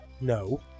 No